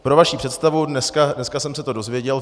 Pro vaši představu, dneska jsem se to dozvěděl.